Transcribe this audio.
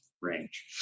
range